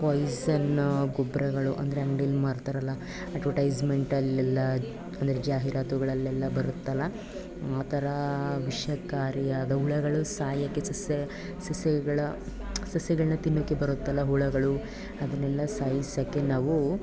ಪಾಯಸನ್ನ ಗೊಬ್ಬರಗಳು ಅಂದರೆ ಅಂಗ್ಡಿಲಿ ಮಾರ್ತಾರಲ್ಲ ಅಡ್ವರ್ಟೈಸ್ಮೆಂಟಲ್ಲೆಲ್ಲ ಅಂದರೆ ಜಾಹೀರಾತುಗಳಲ್ಲೆಲ್ಲ ಬರುತ್ತಲ್ಲ ಆ ಥರ ವಿಷಕಾರಿಯಾದ ಹುಳಗಳು ಸಾಯಲಿಕ್ಕೆ ಸಸ್ಯ ಸಸ್ಯಗಳ ಸಸ್ಯಗಳನ್ನ ತಿನ್ನಲಿಕ್ಕೆ ಬರುತ್ತಲ್ಲ ಹುಳುಗಳು ಅದನ್ನೆಲ್ಲ ಸಾಯಿಸೋಕ್ಕೆ ನಾವು